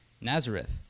Nazareth